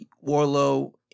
Warlow